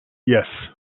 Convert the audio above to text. yes